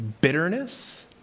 bitterness